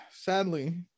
sadly